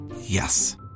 Yes